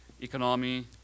Economy